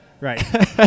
Right